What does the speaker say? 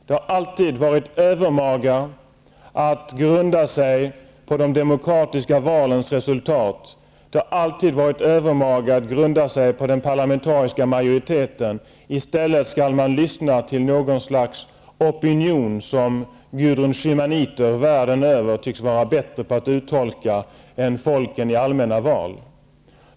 Det har alltid varit övermaga att grunda sig på de demokratiska valens resultat och den parlamentariska majoriteten, i stället skall man lyssna på något slags opinion som gudrunschymaniter världen över tycks vara bättre på att uttolka än vad folken i allmänna val är.